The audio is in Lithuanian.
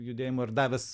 judėjimo ir davęs